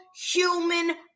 human